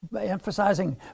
emphasizing